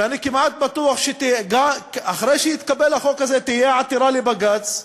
ואני כמעט בטוח שאחרי שיתקבל החוק הזה תהיה עתירה לבג"ץ,